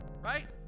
right